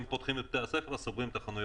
ואם פותחים את בתי הספר סוגרים את החנויות,